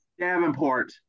Davenport